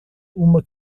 uma